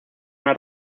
una